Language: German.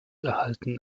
erhalten